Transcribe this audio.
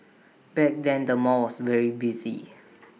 back then the mall was very busy